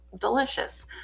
delicious